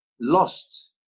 lost